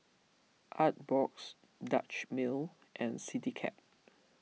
Artbox Dutch Mill and CityCab